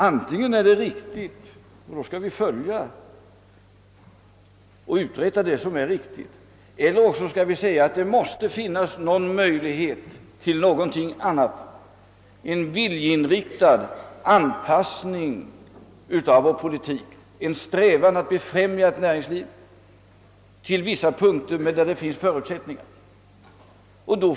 Antingen är det riktigt och då skall vi följa det, eller också skall vi säga att det måste finnas andra möjligheter — en viljeinriktad anpassning av vår politik, en strävan att befrämja näringslivet på vissa platser där förutsättningar finns.